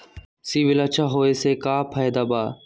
CIBIL अच्छा होऐ से का फायदा बा?